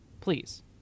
please